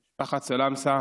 משפחת סלמסה,